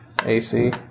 AC